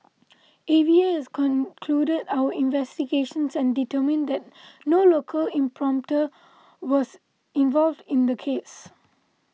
A V A has concluded our investigations and determined that no local importer was involved in the case